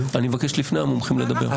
מבקש לפי המומחים לדבר.